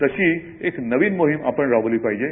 तशी एक नवी मोहीम आपण राबविली पाहिजे